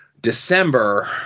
December